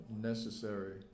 necessary